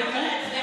אני לא מתנפלת.